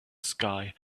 sky